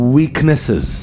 weaknesses